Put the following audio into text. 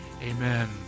Amen